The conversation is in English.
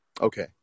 Okay